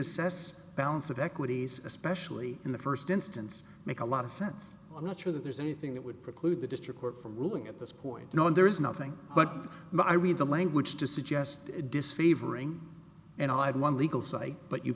assess balance of equities especially in the first instance make a lot of sense i'm not sure that there's anything that would preclude the district court from ruling at this point knowing there is nothing but my read the language to suggest disfavoring and i had one legal site but you